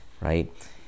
right